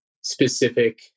specific